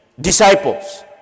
disciples